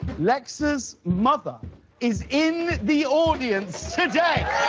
lexa's mother is in the audience today!